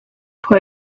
put